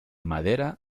madera